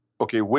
okay